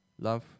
love